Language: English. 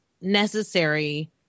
necessary